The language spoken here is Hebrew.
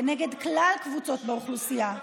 כנגד כלל קבוצות באוכלוסייה.